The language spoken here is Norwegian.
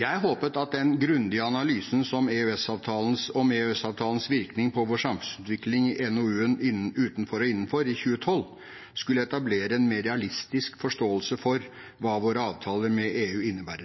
Jeg håpet at den grundige analysen av EØS-avtalens virkning på vår samfunnsutvikling i NOU-en Utenfor og innenfor fra 2012 skulle etablere en mer realistisk forståelse av hva